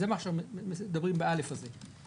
זה מה שמדברים ב-(א) הזה,